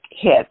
hit